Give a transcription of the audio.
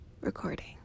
recording